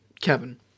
Kevin